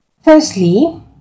Firstly